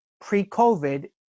pre-covid